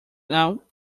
now